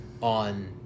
on